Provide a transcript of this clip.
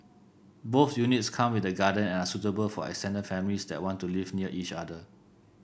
both units come with a garden and are suitable for extended families that want to live near each other